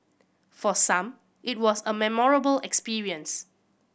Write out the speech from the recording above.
for some it was a memorable experience